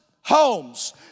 homes